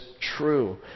true